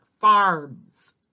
Farms